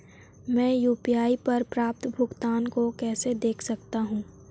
मैं यू.पी.आई पर प्राप्त भुगतान को कैसे देख सकता हूं?